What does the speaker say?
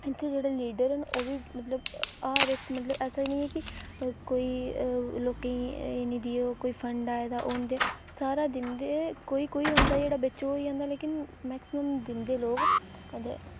ते इत्थै जेह्ड़े लीडर न ओह्बी मतलब ऐसा निं ऐ कि एह् निं ऐ कि लोकें गी निं देओ कोई फंड आए दा ओह् निं दिंदे सारा दिंदे कोई कोई होंदा बिच ओह् होई जंदा मैक्सीमम दिंदे लोक ते